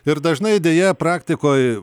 ir dažnai deja praktikoj